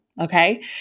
okay